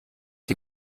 die